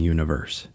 Universe